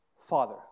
Father